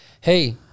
hey